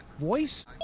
voice